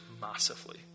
massively